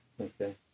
Okay